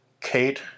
Kate